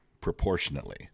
proportionately